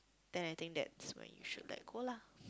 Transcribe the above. then I think that's when you should let go lah